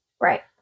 Right